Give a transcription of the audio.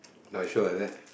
not sure is it